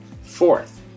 Fourth